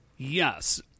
Yes